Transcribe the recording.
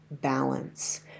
balance